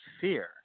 fear